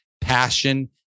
passion